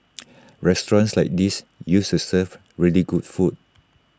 restaurants like these used to serve really good food